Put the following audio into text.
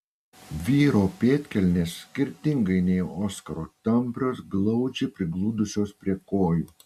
vyro pėdkelnės skirtingai nei oskaro tamprios glaudžiai prigludusios prie kojų